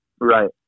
Right